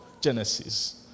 Genesis